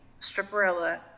Stripperella